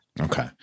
Okay